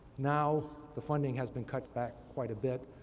now, the funding has been cut back quite a bit.